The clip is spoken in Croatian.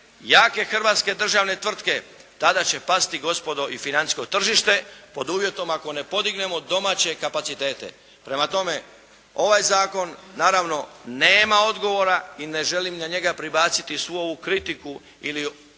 jake hrvatske državne tvrtke tada će pasti gospodo i financijsko tržište pod uvjetom ako ne podignemo domaće kapacitete. Prema tome ovaj zakon naravno nema odgovora i ne želim na njega pribaciti svu ovu kritiku ili ovaj,